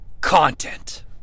content